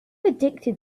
addicted